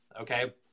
okay